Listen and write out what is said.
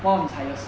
one of the highest